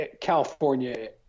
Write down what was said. California